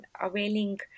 availing